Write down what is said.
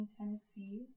Tennessee